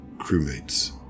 crewmates